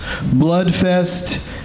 Bloodfest